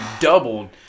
doubled